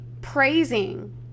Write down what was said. praising